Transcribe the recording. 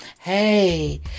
Hey